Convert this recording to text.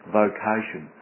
vocation